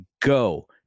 go